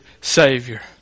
savior